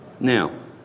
Now